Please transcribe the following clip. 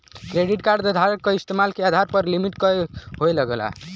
credit card धारक क इस्तेमाल के आधार पर लिमिट कम होये लगला